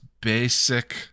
basic